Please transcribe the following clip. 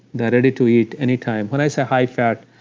they're ready to eat anytime. when i say high-fat,